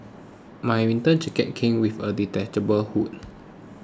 my winter jacket came with a detachable hood